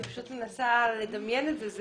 אני פשוט מנסה לדמיין את זה.